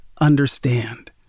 understand